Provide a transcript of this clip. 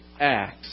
Acts